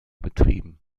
betrieben